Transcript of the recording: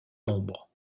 l’ombre